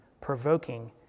provoking